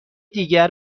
دیگر